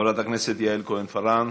חברת הכנסת יעל כהן-פארן.